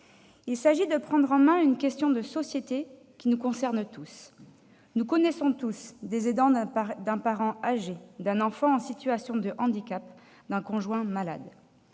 Il s'agit de prendre en main une question de société qui nous concerne tous : nous connaissons tous des aidants d'un parent âgé, d'un enfant en situation de handicap, d'un conjoint malade.